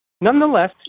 Nonetheless